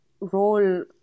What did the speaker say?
role